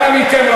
אנא מכם,